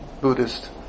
Buddhist